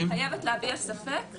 אני חייבת להביע ספק,